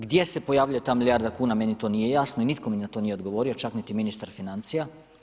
Gdje se pojavljuje ta milijarda kuna meni to nije jasno i nitko mi na to nije odgovorio čak niti ministar financija.